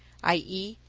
i e,